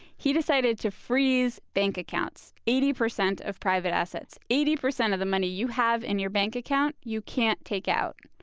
he decided to freeze bank accounts. eighty percent of private assets, eighty percent of the money you have in your bank account, you can't take out.